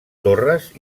torres